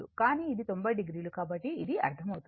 కానీ ఇది 90 o కాబట్టి ఇది అర్ధమవుతుంది